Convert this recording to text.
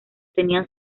tenían